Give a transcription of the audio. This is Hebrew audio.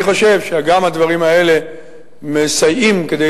אני חושב שגם הדברים האלה מסייעים כדי